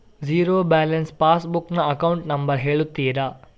Zero balance pass book ನ account number ಹೇಳುತ್ತೀರಾ?